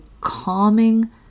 calming